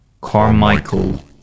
carmichael